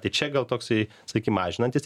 tai čia gal toksai saky mažinantis